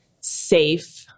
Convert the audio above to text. safe